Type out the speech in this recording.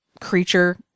creature